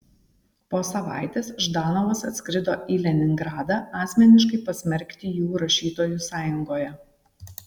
po savaitės ždanovas atskrido į leningradą asmeniškai pasmerkti jų rašytojų sąjungoje